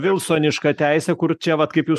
vilsoniška teisė kur čia vat kaip jūs